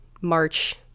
March